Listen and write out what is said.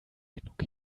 genug